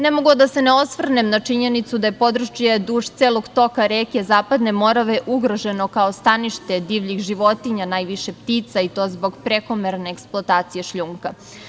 Ne mogu, a da se ne osvrnem na činjenicu da je područje duž celog toka reke Zapadne Morave ugroženo kao stanište divljih životinja, najviše ptica i to zbog prekomerne eksploatacije šljunka.